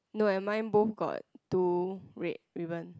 no and mine both got two red ribbon